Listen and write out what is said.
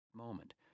moment